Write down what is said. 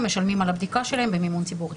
משלמים על הבדיקה שלהם במימון ציבורי.